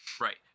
Right